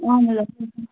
اہن حظ اَصٕل پٲٹھۍ